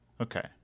Okay